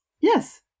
Yes